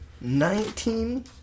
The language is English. nineteen